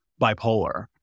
bipolar